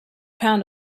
pound